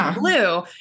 blue